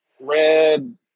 Red